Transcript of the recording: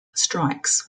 strikes